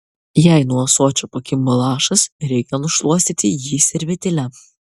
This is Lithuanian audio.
jei nuo ąsočio pakimba lašas reikia nušluostyti jį servetėle